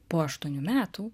po aštuonių metų